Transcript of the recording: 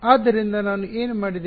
ಆದ್ದರಿಂದ ನಾನು ಏನು ಮಾಡಿದೆ